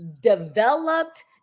developed